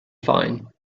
fine